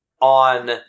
on